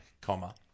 comma